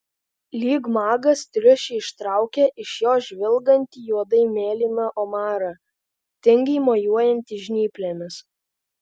lyg magas triušį ištraukia iš jo žvilgantį juodai mėlyną omarą tingiai mojuojantį žnyplėmis